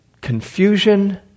confusion